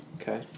Okay